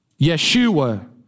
Yeshua